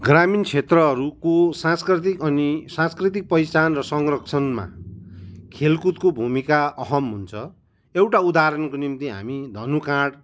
ग्रामीण क्षेत्रहरूको सांस्कृतिक अनि सांस्कृतिक पहिचान र संरक्षणमा खेलकुदको भूमिका अहम् हुन्छ एउटा उदाहरणको निम्ति धनुकाँड